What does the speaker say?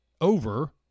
over